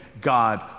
god